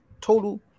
Total